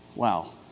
Wow